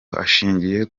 ashingiye